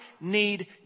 need